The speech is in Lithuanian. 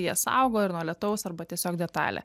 jie saugo ir nuo lietaus arba tiesiog detalė